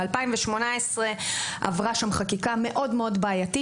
ב-2018 עברה שם חקיקה מאוד בעייתית,